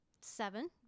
seven